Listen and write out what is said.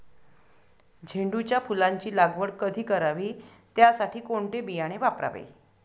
झेंडूच्या फुलांची लागवड कधी करावी? त्यासाठी कोणते बियाणे वापरावे?